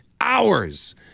hours